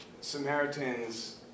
Samaritans